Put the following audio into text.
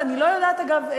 ואני לא יודעת, אגב,